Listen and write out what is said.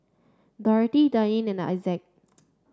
Dorothy Dianne and Isaac